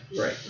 Right